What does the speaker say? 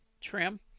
trim